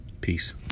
Peace